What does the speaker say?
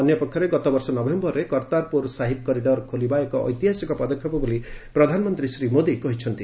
ଅନ୍ୟପକ୍ଷରେ ଗତବର୍ଷ ନଭେୟରରେ କର୍ତ୍ତାରପୁର ସାହିବ୍ କରିଡର ଖୋଲିବା ଏକ ଐତିହାସିକ ପଦକ୍ଷେପ ବୋଲି ପ୍ରଧାନମନ୍ତ୍ରୀ ଶ୍ରୀ ମୋଦି କହିଛନ୍ତି